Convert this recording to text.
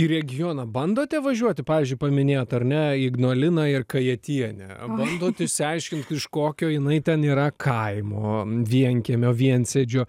į regioną bandote važiuoti pavyzdžiui paminėjot ar ne ignaliną ir kajatienę bandot išsiaiškint iš kokio jinai ten yra kaimo vienkiemio viensėdžio